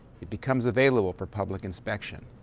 it becomes available for public inspection.